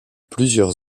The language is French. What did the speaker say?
plusieurs